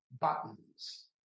buttons